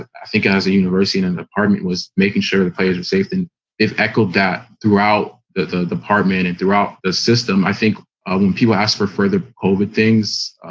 and i think as a university in an apartment was making sure the players are safe and if echoed that throughout the department and throughout the system, i think ah when people ask for further over things,